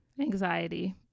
Anxiety